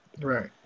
Right